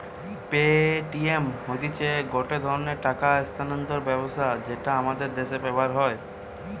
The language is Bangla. পেটিএম হতিছে গটে ধরণের টাকা স্থানান্তর ব্যবস্থা যেটা আমাদের দ্যাশে ব্যবহার হয়